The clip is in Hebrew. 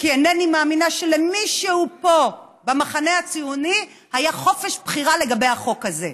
כי אינני מאמינה שלמישהו פה במחנה הציוני היה חופש בחירה לגבי החוק הזה.